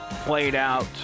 played-out